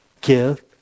give